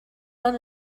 run